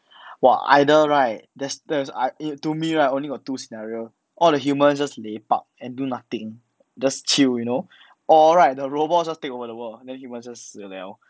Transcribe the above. !wah! either right there's there's I in to me right only got two scenario all the human just lepak and do nothing just chill you know or right the robot just take over the world then you might as well 死 liao